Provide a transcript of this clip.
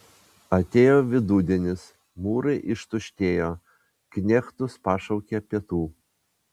atėjo vidudienis mūrai ištuštėjo knechtus pašaukė pietų